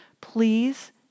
please